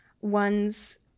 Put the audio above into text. one's